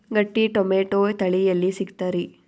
ಗಟ್ಟಿ ಟೊಮೇಟೊ ತಳಿ ಎಲ್ಲಿ ಸಿಗ್ತರಿ?